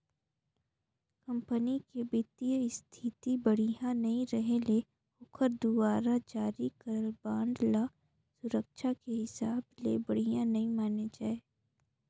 company के बित्तीय इस्थिति बड़िहा नइ रहें ले ओखर दुवारा जारी करल बांड ल सुरक्छा के हिसाब ले बढ़िया नइ माने जाए